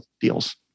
deals